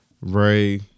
Ray